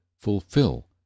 fulfill